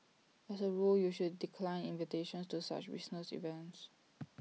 as A rule you should decline invitations to such business events